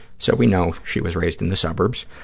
so we know she was raised in the suburbs.